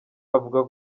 avuga